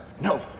No